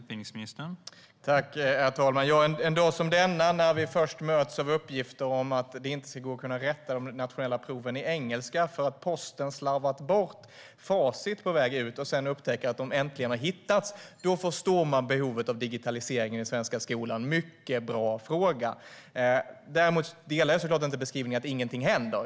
Herr talman! En dag som denna, när vi först möts av uppgifter om att de nationella proven i engelska inte kommer att kunna rättas eftersom posten slarvat bort facit som varit på väg ut men när vi sedan upptäcker att de äntligen hittats, förstår man behovet av digitalisering i den svenska skolan. Det här är en mycket bra fråga. Jag delar såklart inte beskrivningen av att det inte händer någonting.